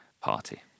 party